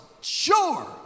sure